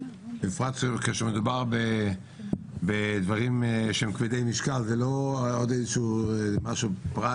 בפרט כשמדובר בדברים שהם כבדי משקל ולא עוד איזה שהוא פרט